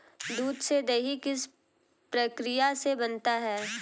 दूध से दही किस प्रक्रिया से बनता है?